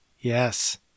Yes